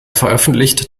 veröffentlicht